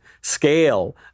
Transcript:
scale